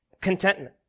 Contentment